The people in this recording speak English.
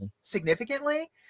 significantly